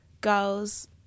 girls